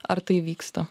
ar tai vyksta